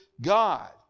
God